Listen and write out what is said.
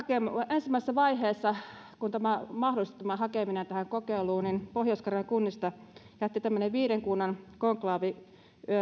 ensimmäisessä vaiheessa kun mahdollistui hakeminen tähän kokeiluun pohjois karjalan kunnista jätti tämmöinen viiden kunnan konklaavi